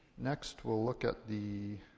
next, we'll look at the.